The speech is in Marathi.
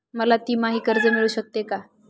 मला तिमाही कर्ज मिळू शकते का?